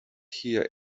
hear